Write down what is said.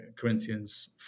Corinthians